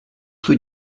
rue